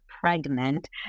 pregnant